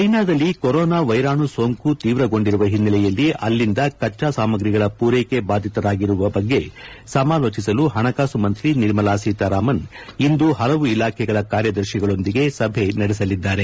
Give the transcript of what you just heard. ಚೀನಾದಲ್ಲಿ ಕೊರೋನಾ ವೈರಾಣು ಸೋಂಕು ತೀವ್ರಗೊಂಡಿರುವ ಹಿನ್ನೆಲೆಯಲ್ಲಿ ಅಲ್ಲಿಂದ ಕಚ್ಚಾ ಸಾಮಗ್ರಿಗಳ ಪೂರೈಕೆ ಬಾದಿತರಾಗಿರುವ ಬಗ್ಗೆ ಸಮಾಲೋಚಿಸಲು ಹಣಕಾಸು ಮಂತ್ರಿ ನಿರ್ಮಾಲಾ ಸೀತಾರಾಮನ್ ಇಂದು ಹಲವು ಇಲಾಖೆಗಳ ಕಾರ್ಯದರ್ಶಿಗಳೊಂದಿಗೆ ಸಭೆ ನಡೆಸಲಿದ್ದಾರೆ